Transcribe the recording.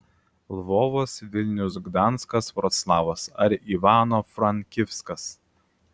lvovas vilnius gdanskas vroclavas ar ivano frankivskas